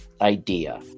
idea